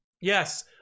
Yes